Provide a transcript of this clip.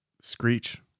Screech